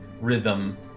rhythm